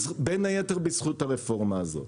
בין היתר, בזכות הרפורמה הזו.